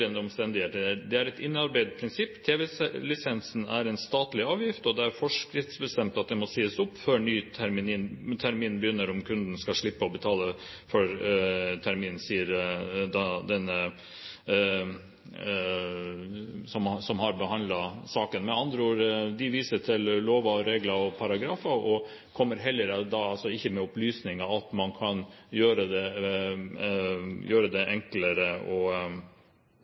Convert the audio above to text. omstendigheter. Det er et innarbeidet prinsipp. TV-lisensen er en statlig avgift, og det er forskriftsbestemt at den må sies opp før en ny termin begynner om kunden skal slippe å betale for terminen.» Med andre ord: De viser til lover, regler og paragrafer, og man kommer heller ikke med opplysning om at man kan gjøre det enklere og slippe å